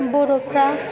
बर'फ्रा